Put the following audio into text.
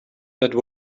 that